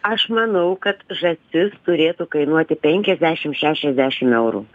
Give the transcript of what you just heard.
aš manau kad žąsis turėtų kainuoti penkiasdešim šešiasdešim eurų